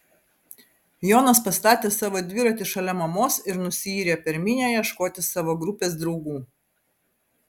jonas pastatė savo dviratį šalia mamos ir nusiyrė per minią ieškoti savo grupės draugų